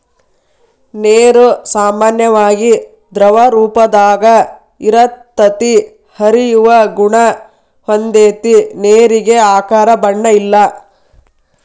ನೇರು ಸಾಮಾನ್ಯವಾಗಿ ದ್ರವರೂಪದಾಗ ಇರತತಿ, ಹರಿಯುವ ಗುಣಾ ಹೊಂದೆತಿ ನೇರಿಗೆ ಆಕಾರ ಬಣ್ಣ ಇಲ್ಲಾ